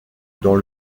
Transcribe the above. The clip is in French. dans